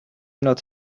not